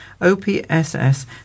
OPSS